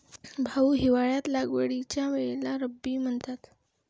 भाऊ, हिवाळ्यात लागवडीच्या वेळेला रब्बी म्हणतात